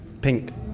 Pink